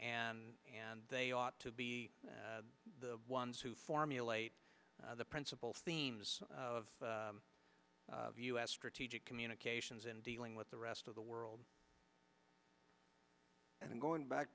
and and they ought to be the ones who formulate the principal themes of u s strategic communications in dealing with the rest of the world and going back